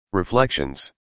REFLECTIONS